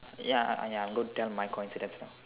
ya ya I'm going to tell my coincidence now